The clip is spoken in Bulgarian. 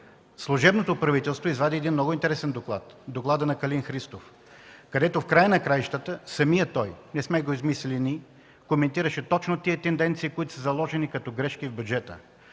служебното правителство извади един много интересен доклад – доклада на Калин Христов, където в края на краищата самият той, не сме го измислили ние, коментираше точно тези тенденции, които са заложени като грешки в бюджета.